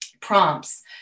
prompts